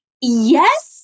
yes